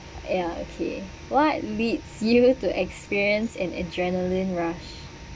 ya okay what leads you to experience an adrenalin rush